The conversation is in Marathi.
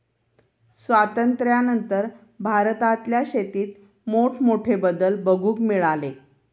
स्वातंत्र्यानंतर भारतातल्या शेतीत मोठमोठे बदल बघूक मिळाले